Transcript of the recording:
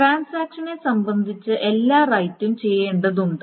ട്രാൻസാക്ഷനെ സംബന്ധിച്ച എല്ലാ റൈററും ചെയ്യേണ്ടതുണ്ട്